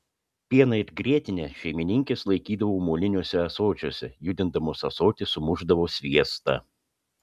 pieną ir grietinę šeimininkės laikydavo moliniuose ąsočiuose judindamos ąsotį sumušdavo sviestą